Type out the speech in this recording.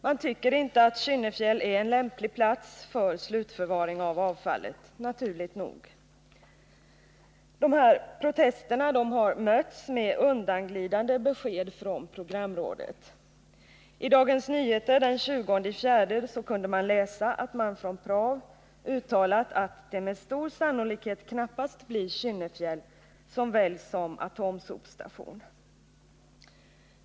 Man tycker inte att Kynnefjäll är en lämplig plats för slutförvaring av avfallet — naturligt nog. Protesterna har mötts med undanglidande besked från programrådet. I Dagens Nyheter den 20/4 kunde man läsa att PRAV uttalat att det med stor sannolikhet knappast blir Kynnefjäll som väljs som atomsopstation.